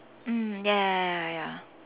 mm ya ya ya ya ya ya